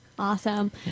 Awesome